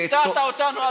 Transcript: הפתעת אותנו,